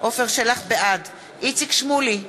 בעד איציק שמולי,